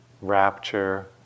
Rapture